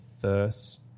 first –